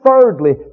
thirdly